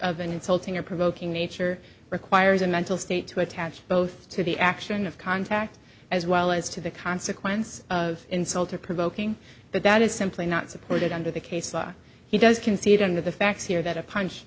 of an insulting or provoking nature requires a mental state to attach both to the action of contact as well as to the consequences of insult or provoking but that is simply not supported under the case law he does concede under the facts here that a punch